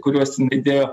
kuriuos jinai dėjo